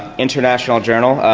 international journal,